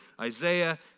Isaiah